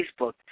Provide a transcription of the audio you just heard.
Facebook